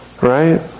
Right